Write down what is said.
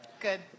Good